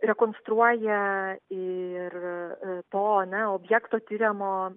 rekonstruoja ir to ar ne objekto tiriamo